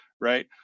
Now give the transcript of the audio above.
right